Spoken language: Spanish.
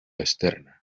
externa